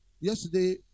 yesterday